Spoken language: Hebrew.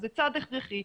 זה צעד הכרחי,